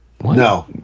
No